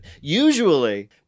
Usually